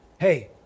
hey